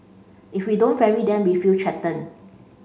if we don't ferry them we feel threatened